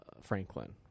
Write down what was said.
Franklin